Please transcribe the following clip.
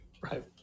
Right